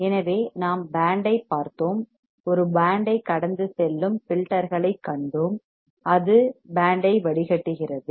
எனவே நாம் பேண்ட் ஐப் பார்த்தோம் ஒரு பேண்ட் ஐக் கடந்து செல்லும் ஃபில்டர்களைக் கண்டோம் அது பேண்ட் ஐ வடிகட்டுகிறது